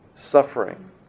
suffering